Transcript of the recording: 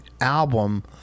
album